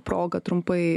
progą trumpai